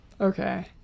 Okay